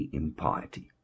impiety